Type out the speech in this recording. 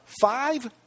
Five